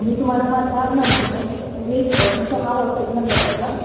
मी तुम्हाला माझा नंबर आणि मी तुमचा हा व्हॉट्सअप नंबर आहे का